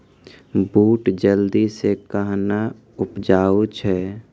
बूट जल्दी से कहना उपजाऊ छ?